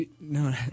No